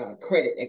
credit